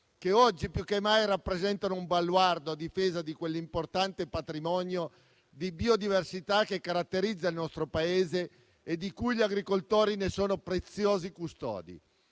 che oggi più che mai rappresentano un baluardo a difesa di quell'importante patrimonio di biodiversità che caratterizza il nostro Paese e di cui gli agricoltori sono preziosi custodi.